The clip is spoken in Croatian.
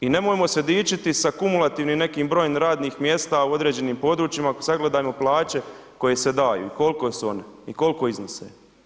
I nemojmo se dičiti sa kumulativnim nekim brojem radnih mjesta u određenim područjima, sagledajmo plaće koje se daju, kolike su one i koliko iznose.